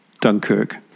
Dunkirk